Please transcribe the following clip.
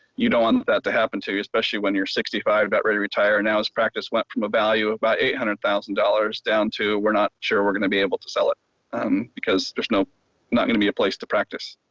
you don't want that to happen to you especially when you're sixty five got ready retire and now his practice went from a value of about eight hundred thousand dollars down to we're not sure we're gonna be able to sell it because there's no not gonna be a place to practice.